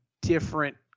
different